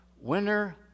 Winner